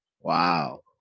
Wow